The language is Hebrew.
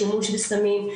שימוש בסמים,